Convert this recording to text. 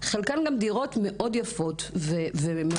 וחלקן גם דירות מאוד יפות ומרווחות.